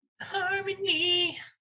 Harmony